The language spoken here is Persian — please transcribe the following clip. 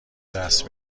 دست